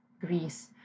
Greece